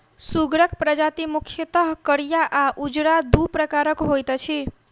सुगरक प्रजाति मुख्यतः करिया आ उजरा, दू प्रकारक होइत अछि